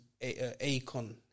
Akon